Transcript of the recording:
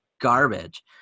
garbage